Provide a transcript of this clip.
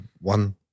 one